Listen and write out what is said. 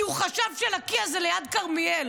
כי הוא חשב שלקיה זה ליד כרמיאל.